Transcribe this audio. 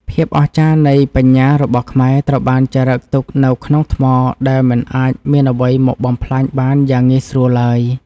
ភាពអស្ចារ្យនៃបញ្ញារបស់ខ្មែរត្រូវបានចារឹកទុកនៅក្នុងថ្មដែលមិនអាចមានអ្វីមកបំផ្លាញបានយ៉ាងងាយស្រួលឡើយ។